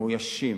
מאוישות